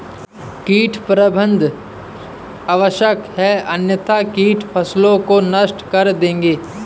कीट प्रबंधन आवश्यक है अन्यथा कीट फसलों को नष्ट कर देंगे